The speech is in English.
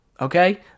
okay